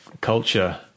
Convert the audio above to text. culture